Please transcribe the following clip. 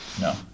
No